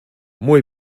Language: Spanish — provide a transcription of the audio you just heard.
muy